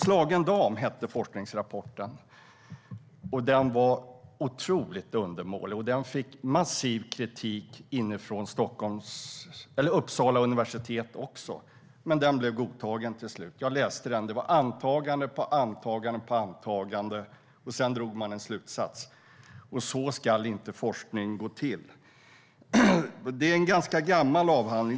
Slagen dam heter forskningsrapporten. Den var otroligt undermålig, och den fick massiv kritik från Uppsala universitet också. Men den blev godkänd till slut. Jag läste den. Det var antagande på antagande, och sedan drogs det en slutsats. Så ska forskning inte gå till. Detta är en ganska gammal avhandling.